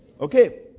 Okay